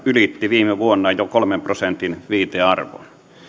ylitti viime vuonna jo kolmen prosentin viitearvon